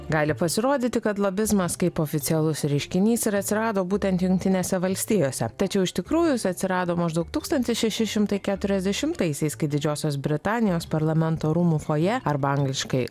gali pasirodyti kad lobizmas kaip oficialus reiškinys ir atsirado būtent jungtinėse valstijose tačiau iš tikrųjų jis atsirado maždaug tūkstantis šeši šimtai keturiasdešimtaisiais kai didžiosios britanijos parlamento rūmų fojė arba angliškai